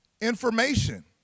Information